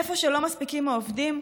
איפה שלא מספיקים העובדים,